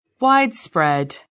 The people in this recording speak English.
Widespread